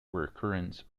recurrence